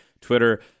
Twitter